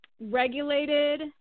regulated